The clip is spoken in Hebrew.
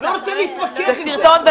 לא רוצה להתווכח עם זה.